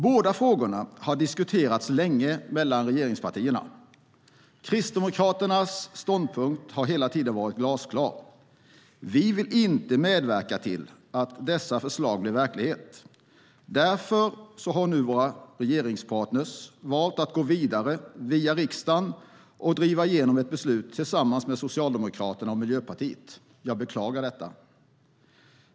Båda frågorna har diskuterats länge mellan regeringspartierna. Kristdemokraternas ståndpunkt har hela tiden varit glasklar: Vi vill inte medverka till att dessa förslag blir verklighet. Därför har nu våra regeringspartner valt att gå vidare via riksdagen och driva igenom besluten tillsammans med Socialdemokraterna och Miljöpartiet. Jag beklagar detta.